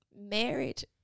marriage